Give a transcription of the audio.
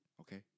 Okay